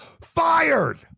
fired